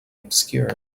obscure